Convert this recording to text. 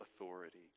authority